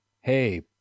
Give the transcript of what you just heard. hey